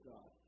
God